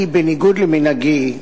אני, בניגוד למנהגי,